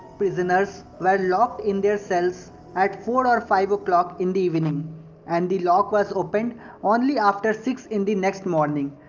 prisoners were locked in their cells at four or five o'clock in the evening and the lock was opened only after six in the next morning.